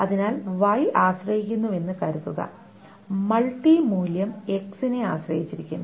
അതിനാൽ Y ആശ്രയിക്കുന്നുവെന്ന് കരുതുക മൾട്ടി മൂല്യം X നെ ആശ്രയിച്ചിരിക്കുന്നു